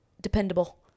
dependable